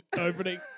opening